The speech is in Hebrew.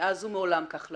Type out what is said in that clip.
מאז ומעולם כך למדנו,